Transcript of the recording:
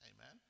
Amen